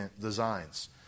designs